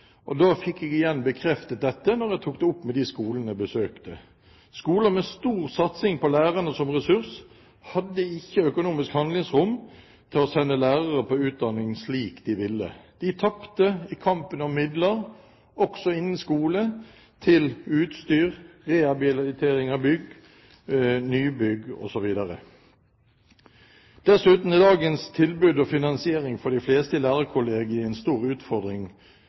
og da fikk jeg igjen bekreftet dette da jeg tok det opp med de skolene jeg besøkte. Skoler med stor satsing på lærerne som ressurs, hadde ikke økonomisk handlingsrom til å sende lærerne på utdanning slik de ville. De tapte i kampen om midler, også innen skole, til utstyr, rehabilitering av bygg, nybygg osv. Dessuten er dagens tilbud og finansiering for de fleste i lærerkollegiet en stor utfordring